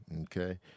Okay